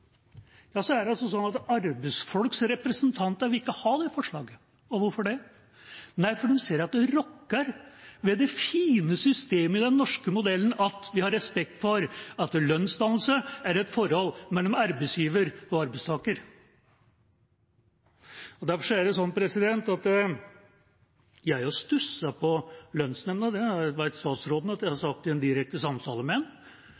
er det sånn at arbeidsfolks representanter ikke vil ha det forslaget. Og hvorfor det? Fordi de ser at det rokker ved det fine systemet i den norske modellen, at vi har respekt for at lønnsdannelse er et forhold mellom arbeidsgiver og arbeidstaker. Så er det slik at jeg også stusset på lønnsnemnda, det vet statsråden at jeg har sagt i en direkte samtale med ham, men